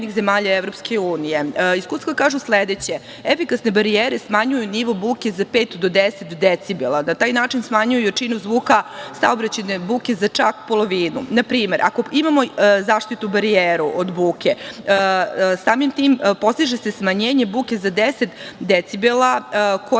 Iskustva kažu sledeće – efikasne barijere smanjuju nivo buke za pet do 10 decibela. Na taj način smanjuju jačinu zvuka saobraćajne buke za čak polovinu. Na primer, ako imamo zaštitnu barijeru od buke, samim tim postiže se smanjenje buke za 10 decibela koje